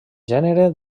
gènere